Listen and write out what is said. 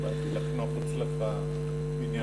אני באתי לחנוך אצלך את בניין,